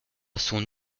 son